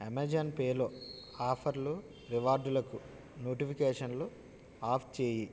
Amazon పేలో ఆఫర్లు రివార్డులకు నోటిఫికకేషన్లు ఆఫ్ చేయి